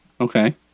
Okay